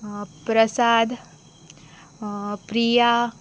Prasad Priya